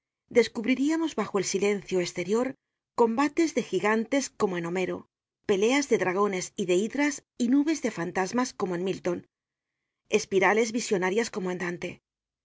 descubriríamos bajo el silencio esterior combates de jigantes como en homero peleas de dragones y de hidras y nubes de fantasmas como en milton espirales visionarias